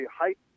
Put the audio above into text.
height